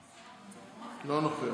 אינו נוכח,